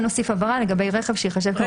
נוסיף הבהרה לגבי רכב שייחשב כמקום ציבורי.